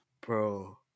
Bro